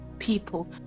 people